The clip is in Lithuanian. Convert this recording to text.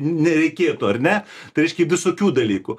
nereikėtų ar ne tai reiškia visokių dalykų